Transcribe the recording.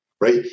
right